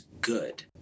good